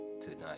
tonight